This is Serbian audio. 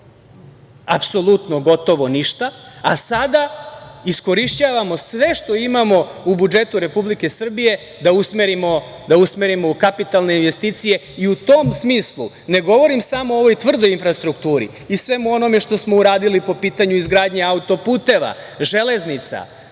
apsolutno gotovo ništa, a sada iskorišćavamo sve što imamo u budžetu Republike Srbije da usmerimo u kapitalne investicije.U tom smislu, ne govorim samo o ovoj tvrdoj infrastrukturi i svemu onome što smo uradili po pitanju izgradnje auto-puteva, železnica,